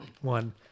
one